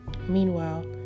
Meanwhile